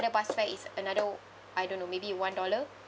bus fare is another I don't know maybe one dollar